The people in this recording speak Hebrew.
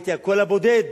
הייתי הקול הבודד